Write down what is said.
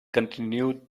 continued